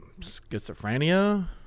schizophrenia